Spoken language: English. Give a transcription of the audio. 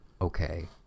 okay